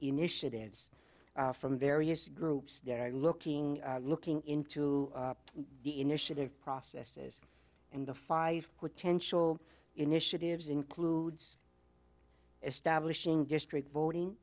initiatives from various groups that are looking looking into the initiative processes and the five potential initiatives includes establishing street voting